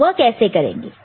तो वह कैसे करेंगे